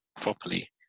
properly